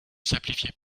simplifiez